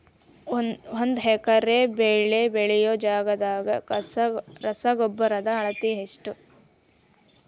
ಒಂದ್ ಎಕರೆ ಬೆಳೆ ಬೆಳಿಯೋ ಜಗದಾಗ ರಸಗೊಬ್ಬರದ ಅಳತಿ ಎಷ್ಟು?